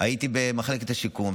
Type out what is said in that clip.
הייתי במחלקת השיקום,